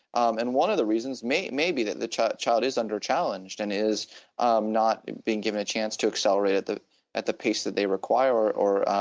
um and one of the reasons maybe maybe that the child child is under challenged and is um not being given a chance to accelerator at the pace that they require or